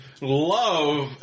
love